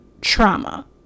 trauma